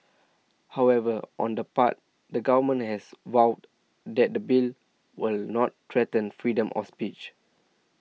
however on the part the government has vowed that the Bill will not threaten freedom of speech